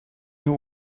nur